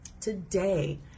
today